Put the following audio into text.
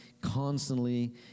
constantly